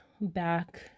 back